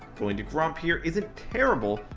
going to gromp here isn't terrible,